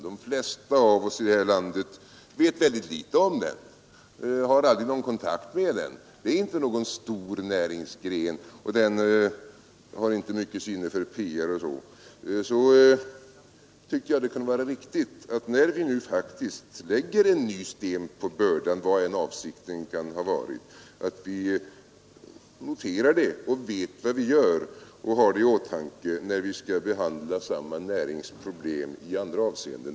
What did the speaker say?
De flesta av oss här i landet vet väldigt litet om den och har aldrig någon kontakt med den. Den är inte någon stor näringsgren, den har inte mycket sinne för PR och sådant. Därför tyckte jag att det kunde vara riktigt att när vi nu faktiskt lägger en ny sten på bördan — vad än avsikten kan ha varit — notera det, så att vi vet vad vi gör och har det i åtanke när vi skall behandla samma närings problem i andra avseenden.